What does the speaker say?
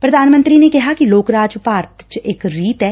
ਪ੍ਰਧਾਨ ਮੰਤਰੀ ਨੇ ਕਿਹਾ ਲੋਕਰਾਜ ਭਾਰਤ ਚ ਇਕ ਰੀਤ ਐ